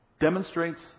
demonstrates